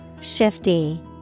Shifty